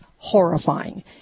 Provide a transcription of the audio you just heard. horrifying